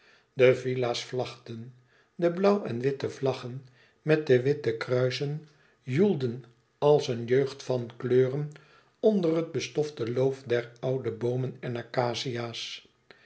toe de villa's vlagden de blauw en witte vlaggen met de witte kruisen joelden als een jeugd van kleuren onder het bestofte loof der oude boomen en acacia's het